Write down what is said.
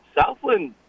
Southland